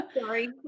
sorry